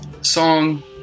Song